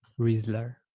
Riesler